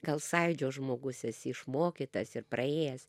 gal sąjūdžio žmogus esi išmokytas ir praėjęs